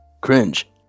Cringe